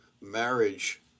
marriage